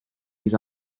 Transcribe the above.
his